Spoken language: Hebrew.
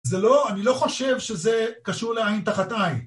זה לא, אני לא חושב שזה קשור לעין תחת עין...